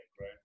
right